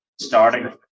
starting